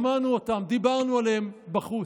שמענו אותן, דיברנו עליהן בחוץ.